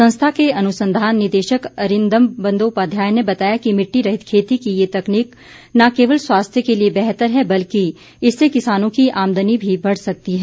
संस्था के अनुसंधान निदेशक अरिंदम बंदोपाध्याय ने बताया कि मिट्टी रहित खेती की ये तकनीक न केवल स्वास्थ्य के लिए बेहतर है बल्कि इससे किसानों की आमदनी भी बढ़ सकती है